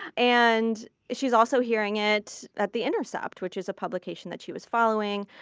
and she's also hearing it at the intercept, which is a publication that she was following.